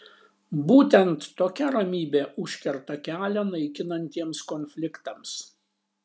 būtent tokia ramybė užkerta kelią naikinantiems konfliktams